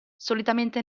solitamente